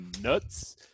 nuts